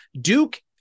Duke